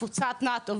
תפוצת נאטו,